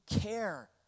care